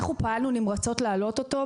פעלנו נמרצות כדי להעלות את המענק השנתי,